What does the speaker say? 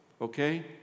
Okay